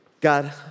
God